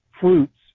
fruits